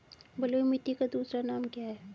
बलुई मिट्टी का दूसरा नाम क्या है?